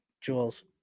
Jules